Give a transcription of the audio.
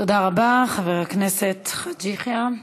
תודה רבה, חבר הכנסת חאג' יחיא.